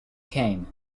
came